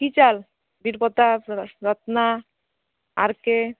কি চাল বীরপ্রতাপ রত রত্না আর কে